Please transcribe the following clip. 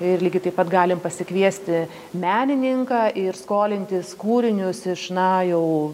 ir lygiai taip pat galim pasikviesti menininką ir skolintis kūrinius iš na jau